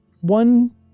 One